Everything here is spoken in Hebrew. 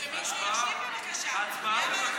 הצבעה,